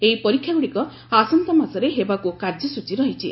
ଏହି ପରୀକ୍ଷାଗୁଡ଼ିକ ଆସନ୍ତାମାସରେ ହେବାକୁ କାର୍ଯ୍ୟସୂଚୀ ରହିଛି